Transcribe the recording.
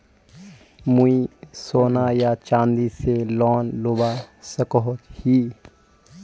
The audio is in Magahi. मुई सोना या चाँदी से लोन लुबा सकोहो ही?